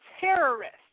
terrorists